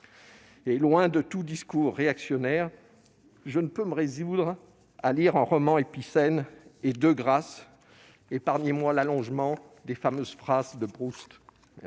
Loin de tout discours réactionnaire, je ne peux me résoudre à lire un « roman épicène »- de grâce, épargnez-moi l'allongement des fameuses phrases de Proust !